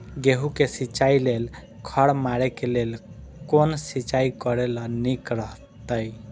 गेहूँ के सिंचाई लेल खर मारे के लेल कोन सिंचाई करे ल नीक रहैत?